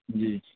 جی